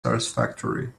satisfactory